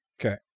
Okay